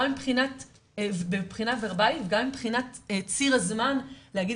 גם מבחינה ורבאלית ומבחינת ציר הזמן להגיד